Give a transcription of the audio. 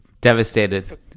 devastated